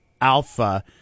Alpha